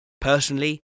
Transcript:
personally